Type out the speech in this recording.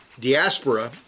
diaspora